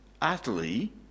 utterly